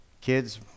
Kids